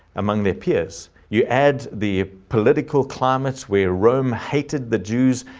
among their peers, you add the political climates where rome hated the jews,